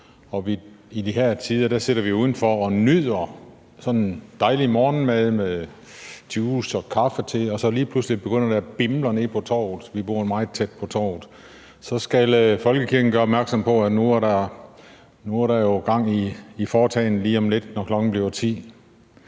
i de her tider sidder vi udenfor og nyder dejlig morgenmad med juice og kaffe til – og lige pludselig begynder det at bimle nede på torvet. Vi bor meget tæt på torvet. Så skal folkekirken gøre opmærksom på, at der nu er gang i foretagendet lige om lidt, når klokken bliver 10.